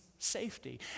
Safety